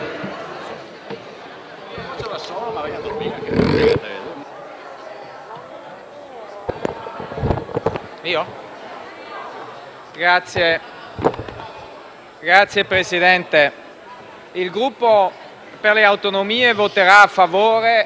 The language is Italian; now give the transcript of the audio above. Signor Presidente, il Gruppo per le Autonomie voterà a favore di un provvedimento